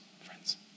friends